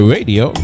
Radio